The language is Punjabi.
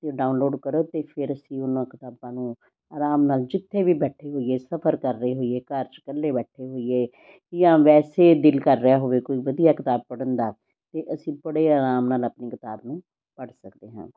ਅਤੇ ਡਾਊਨਲੋਡ ਕਰੋ ਅਤੇ ਫਿਰ ਅਸੀਂ ਉਹਨਾਂ ਕਿਤਾਬਾਂ ਨੂੰ ਆਰਾਮ ਨਾਲ ਜਿੱਥੇ ਵੀ ਬੈਠੇ ਹੋਈਏ ਸਫ਼ਰ ਕਰ ਰਹੇ ਹੋਈਏ ਘਰ 'ਚ ਇਕੱਲੇ ਬੈਠੇ ਹੋਈਏ ਜਾਂ ਵੈਸੇ ਦਿਲ ਕਰ ਰਿਹਾ ਹੋਵੇ ਕੋਈ ਵਧੀਆ ਕਿਤਾਬ ਪੜ੍ਹਨ ਦਾ ਤਾਂ ਅਸੀਂ ਬੜੇ ਆਰਾਮ ਨਾਲ ਆਪਣੀ ਕਿਤਾਬ ਨੂੰ ਪੜ੍ਹ ਸਕਦੇ ਹਾਂ